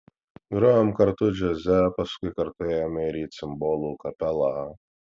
grojom kartu džiaze paskui kartu ėjome ir į cimbolų kapelą